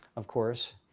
of course.